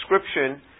description